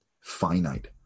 finite